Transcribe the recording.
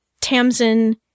Tamsin